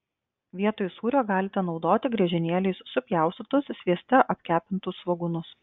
vietoj sūrio galite naudoti griežinėliais supjaustytus svieste apkepintus svogūnus